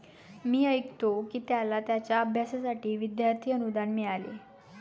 मी ऐकतो की त्याला त्याच्या अभ्यासासाठी विद्यार्थी अनुदान मिळाले